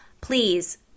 Please